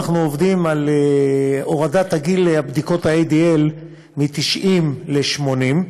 אנחנו עובדים על הורדת הגיל לבדיקות ה-ADL מ-90 ל-80,